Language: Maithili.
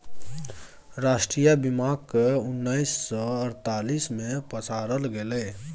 राष्ट्रीय बीमाक केँ उन्नैस सय अड़तालीस मे पसारल गेलै